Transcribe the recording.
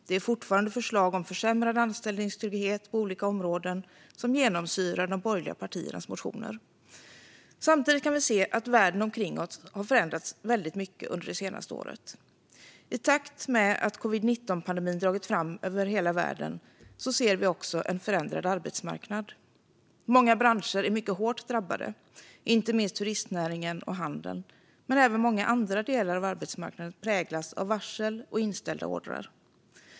Det är fortfarande förslag om försämrad anställningstrygghet på olika områden som genomsyrar de borgerliga partiernas motioner. Samtidigt kan vi se att världen omkring oss har förändrats väldigt mycket under det senaste året. I takt med att covid-19-pandemin dragit fram över hela världen ser vi också en förändrad arbetsmarknad. Många branscher är mycket hårt drabbade, inte minst turistnäringen och handeln. Men även många andra delar av arbetsmarknaden präglas av varsel och inställda ordrar.